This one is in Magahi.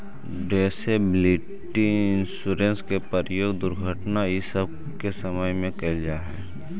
डिसेबिलिटी इंश्योरेंस के प्रयोग दुर्घटना इ सब के समय कैल जा हई